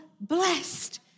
blessed